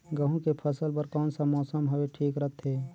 गहूं के फसल बर कौन सा मौसम हवे ठीक रथे?